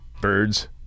birds